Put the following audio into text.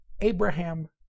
Abraham